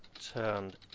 turned